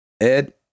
Ed